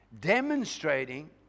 Demonstrating